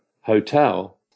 hotel